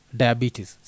diabetes